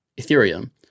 ethereum